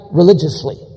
religiously